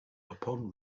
upon